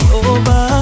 over